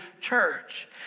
church